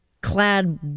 clad